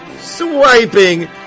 swiping